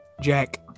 Jack